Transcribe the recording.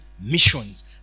missions